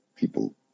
People